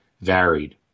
varied